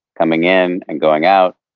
coming in, and going out.